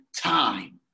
time